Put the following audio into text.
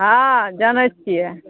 हँ जनय छियै